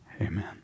Amen